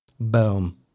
Boom